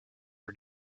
are